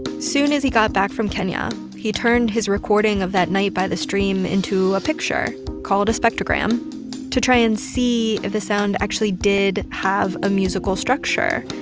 soon as he got back from kenya, he turned his recording of that night by the stream into a picture called a spectrogram to try and see if the sound actually did have a musical structure.